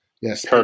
Yes